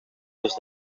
les